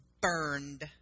burned